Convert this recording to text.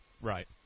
Right